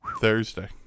Thursday